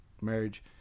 marriage